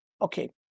okay